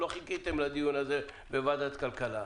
לא חיכיתם לדיון הזה בוועדת הכלכלה.